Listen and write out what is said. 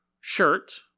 shirt